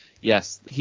Yes